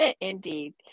indeed